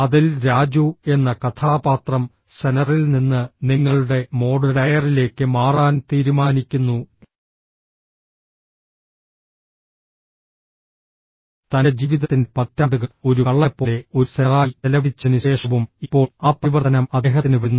അതിൽ രാജു എന്ന കഥാപാത്രം സെനറിൽ നിന്ന് നിങ്ങളുടെ മോഡ് ടയറിലേക്ക് മാറാൻ തീരുമാനിക്കുന്നു തന്റെ ജീവിതത്തിന്റെ പതിറ്റാണ്ടുകൾ ഒരു കള്ളനെപ്പോലെ ഒരു സെനറായി ചെലവഴിച്ചതിനുശേഷവും ഇപ്പോൾ ആ പരിവർത്തനം അദ്ദേഹത്തിന് വരുന്നു